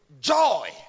joy